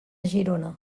girona